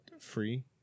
free